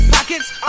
Pockets